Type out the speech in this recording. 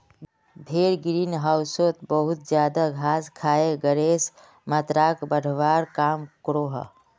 भेड़ ग्रीन होउसोत बहुत ज्यादा घास खाए गसेर मात्राक बढ़वार काम क्रोह